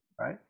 right